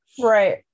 Right